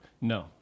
No